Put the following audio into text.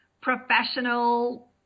professional